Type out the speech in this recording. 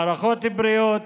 מערכות בריאות,